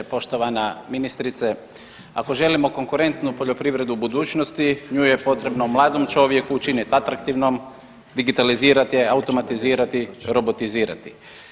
Poštovana ministrice, ako želimo konkurentu poljoprivredu budućnosti nju je potrebno mladom čovjeku učiniti atraktivnom, digitalizirati je, automatizirati, robotizirati.